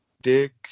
dick